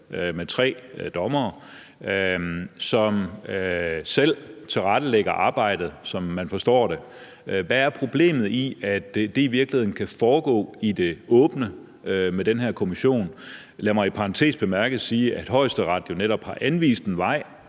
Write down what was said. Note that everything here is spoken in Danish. med tre dommere, som selv tilrettelægger arbejdet, sådan som jeg forstår det. Hvad er problemet i virkeligheden i, at det kan foregå i det åbne med den her kommission? Lad mig i parentes bemærket sige, at Højesteret jo netop har anvist en vej